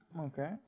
Okay